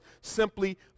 simply